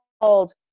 called